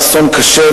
באסון קשה,